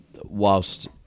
whilst